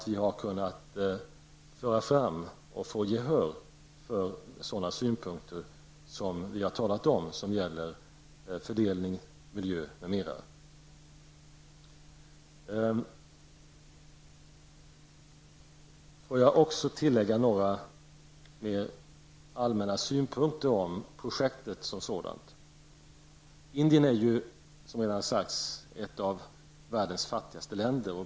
Vi har kunnat föra fram och få gehör för sådana synpunkter som vi har talat om och som gäller fördelning, miljö m.m. Får jag också tillägga några mer allmänna synpunkter om projektet som sådant. Indien är ju, som redan sagts, ett av världens fattigaste länder.